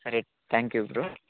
సరే thank you bro